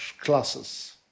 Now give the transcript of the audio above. classes